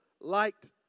liked